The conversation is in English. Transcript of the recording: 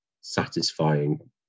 satisfying